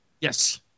Yes